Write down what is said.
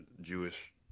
jewish